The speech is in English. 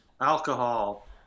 Alcohol